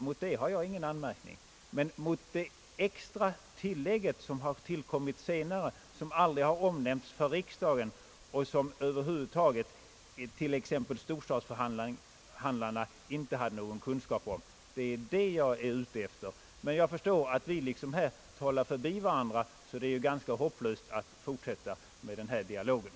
Mot det har jag ingen anmärkning, men väl mot det extra tillägget som tillkommit senare, som aldrig omnämnts för riksdagen och som över huvud taget t.ex. storstadsförhandlarna inte hade någon kunskap om. Det är det jag är ute efter. Men jag förstår att vi här talar förbi varandra, och det är därför ganska hopplöst att fortsätta den här dialogen.